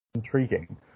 intriguing